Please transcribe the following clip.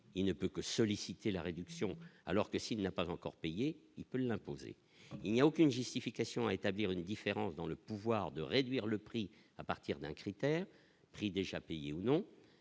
il ne peut que solliciter la réduction, alors que s'il n'a pas encore payé, il peut l'imposer, il n'y a aucune justification à établir une différence dans le pouvoir de réduire le prix à partir d'un critère pris déjà payé ou non,